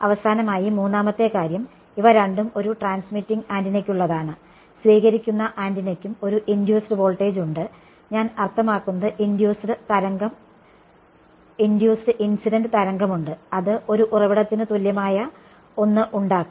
അവസാനമായി മൂന്നാമത്തെ കാര്യം ഇവ രണ്ടും ഒരു ട്രാൻസ്മിറ്റിംഗ് ആന്റിനയ്ക്കുള്ളതാണ് സ്വീകരിക്കുന്ന ആന്റിനയ്ക്കും ഒരു ഇൻഡ്യൂസ്ഡ് വോൾട്ടേജ് ഉണ്ട് ഞാൻ അർത്ഥമാക്കുന്നത് ഇൻഡ്യൂസ്ഡ് ഇൻസിഡന്റ് തരംഗമുണ്ട് അത് ഒരു ഉറവിടത്തിന് തുല്യമായ ഒന്ന് ഉണ്ടാക്കും